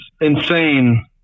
insane